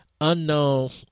unknown